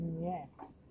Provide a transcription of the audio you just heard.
Yes